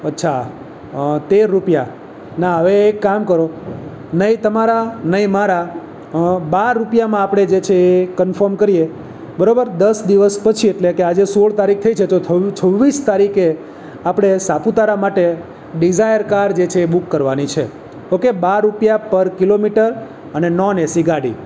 અચ્છા તેર રૂપિયા ના હવે એક કામ કરો નહીં તમારા નહીં મારા બાર રૂપિયામાં આપણે જે છે એ કન્ફોર્મ કરીએ બરોબર દસ દિવસ પછી એટલે કે આજે સોળ તારીખ થઈ છે તો છવ્વીસ તારીખે આપણે સાપુતારા માટે ડિઝાયર કાર જે છે એ બુક કરવાની છે ઓકે બાર રૂપિયા પર કિલોમીટર અને નોન એસી ગાડી